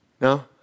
No